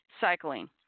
cycling